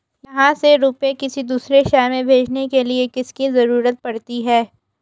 यहाँ से रुपये किसी दूसरे शहर में भेजने के लिए किसकी जरूरत पड़ती है?